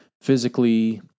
physically